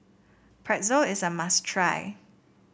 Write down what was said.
pretzel is a must try